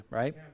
right